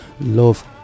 love